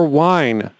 wine